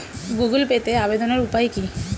Google পেতে আবেদনের উপায় কি?